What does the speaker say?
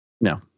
No